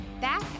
back